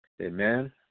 amen